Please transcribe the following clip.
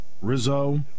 Rizzo